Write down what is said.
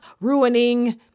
ruining